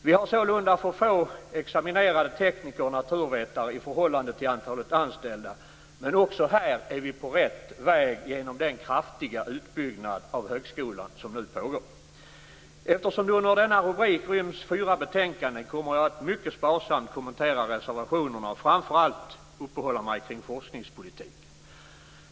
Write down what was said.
Vi har sålunda för få examinerade tekniker och naturvetare i förhållande till antalet anställda. Men också här är vi på rätt väg genom den kraftiga utbyggnad av högskolan som nu pågår. Eftersom det under denna rubrik ryms fyra betänkanden kommer jag att mycket sparsamt kommentera reservationerna och framför allt uppehålla mig kring forskningspolitiken.